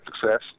success